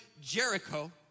Jericho